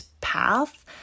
path